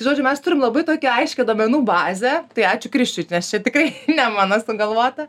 žodžiu mes turim labai tokią aiškią duomenų bazę tai ačiū krisčiui nes čia tikrai ne mano sugalvota